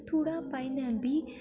थोह्ड़ा पाई लैंदी